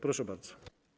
Proszę bardzo.